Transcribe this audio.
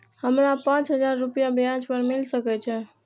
हमरा पाँच हजार रुपया ब्याज पर मिल सके छे?